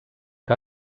que